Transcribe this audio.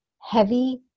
heavy